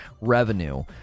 revenue